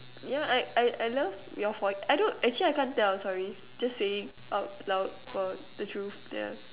yeah I I I love your I don't actually I can't tell sorry just saying out loud for the truth ya